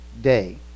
day